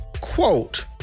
quote